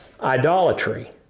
Idolatry